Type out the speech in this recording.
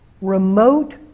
remote